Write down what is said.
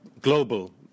global